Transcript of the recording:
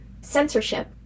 censorship